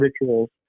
rituals